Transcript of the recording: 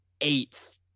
eighth